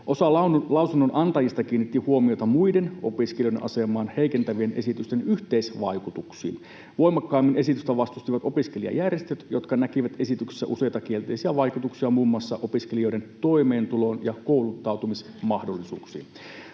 Osa lausunnonantajista kiinnitti huomiota opiskelijoiden asemaa heikentävien muiden esitysten yhteisvaikutuksiin. Voimakkaimmin esitystä vastustivat opiskelijajärjestöt, jotka näkivät esityksessä useita kielteisiä vaikutuksia muun muassa opiskelijoiden toimeentuloon ja kouluttautumismahdollisuuksiin.